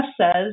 says